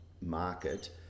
market